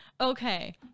okay